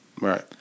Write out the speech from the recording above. Right